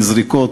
בזריקות,